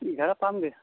এঘাৰটাত পামগৈ